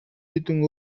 хэдэн